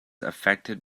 affected